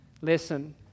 Listen